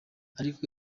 ariko